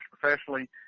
professionally